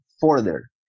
further